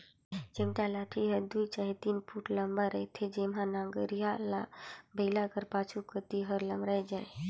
चमेटा लाठी हर दुई चहे तीन फुट लम्मा रहथे जेम्हा नगरिहा ल बइला कर पाछू कती हर लमराए जाए